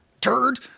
turd